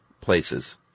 places